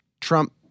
Trump